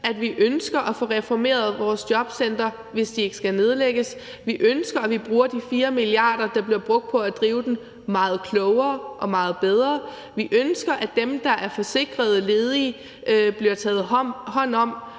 at vi ønsker at få reformeret vores jobcentre, hvis de ikke skal nedlægges. Vi ønsker, at vi bruger de 4 mia. kr., der bliver brugt på at drive dem, meget klogere og meget bedre. Vi ønsker, at der bliver taget hånd om